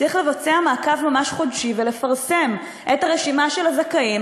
צריך לעשות מעקב חודשי ולפרסם את הרשימה של הזכאים,